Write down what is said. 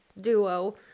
duo